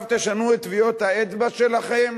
עכשיו תשנו את טביעות האצבע שלכם?